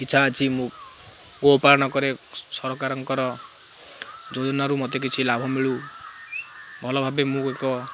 ଇଚ୍ଛା ଅଛି ମୁଁ ଗୋପାଳନ କରେ ସରକାରଙ୍କର ଯୋଜନାରୁ ମୋତେ କିଛି ଲାଭ ମିଳୁ ଭଲ ଭାବେ ମୁଁ ଏକ